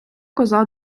коза